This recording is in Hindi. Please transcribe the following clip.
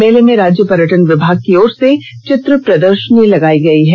मेले में राज्य पर्यटन विभाग की ओर से चित्र प्रदर्शनी लगाई गई है